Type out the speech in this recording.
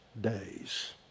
days